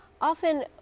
Often